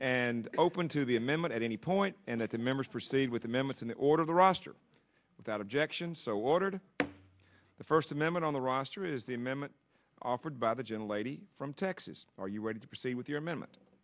and open to be a member at any point and that the members proceed with the members in the order the roster without objection so ordered the first amendment on the roster is the amendment offered by the gentle lady from texas are you ready to proceed with your amendment